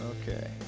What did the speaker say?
Okay